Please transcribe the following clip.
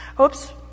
oops